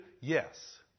Yes